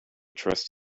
trust